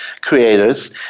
creators